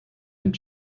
dem